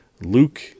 Luke